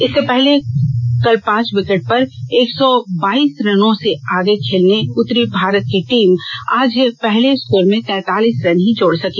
इससे पहले कल पांच विंकेट पर एक सौ बाइस रनों से आगे खेलने उतरी भारतीय टीम आज अपने स्कोर में तैतालीस रन ही जोड़ सकी